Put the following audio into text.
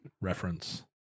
reference